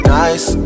nice